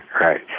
right